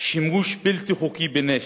שימוש בלתי חוקי בנשק,